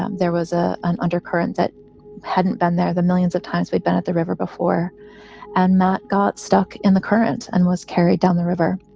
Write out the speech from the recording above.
um there was ah an undercurrent that hadn't been there the millions of times we'd been at the river before and that got stuck in the currents and was carried down the river.